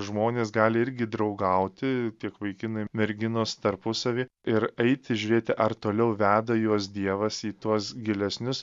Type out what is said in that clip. žmonės gali irgi draugauti tiek vaikinai merginos tarpusavy ir eiti žiūrėti ar toliau veda juos dievas į tuos gilesnius